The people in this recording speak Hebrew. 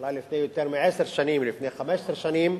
אולי לפני יותר מעשר שנים, לפני 15 שנים,